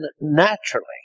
naturally